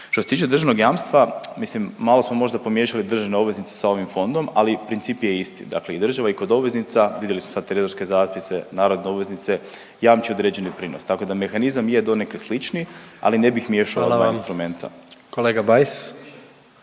Što se tiče državnog jamstva, mislim malo smo možda pomiješali državne obveznice sa ovim fondom, ali princip je isti. Dakle, država i kod obveznica, vidjeli smo sad trezorske zapise, narodne obveznice jamče određeni prinos. Tako da mehanizam je donekle slični, ali ne bih miješao ova dva instrumenta. **Jandroković,